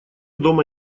дома